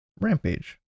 Rampage